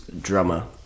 drummer